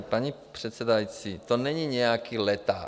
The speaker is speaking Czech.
Paní předsedající, to není nějaký leták.